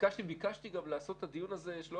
ביקשתי גם לקיים את הדיון הזה ושלא